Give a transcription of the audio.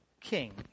king